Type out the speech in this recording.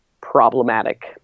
problematic